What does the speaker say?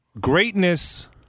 Greatness